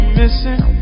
missing